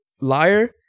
liar